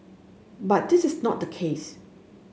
but this is not the case